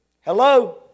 Hello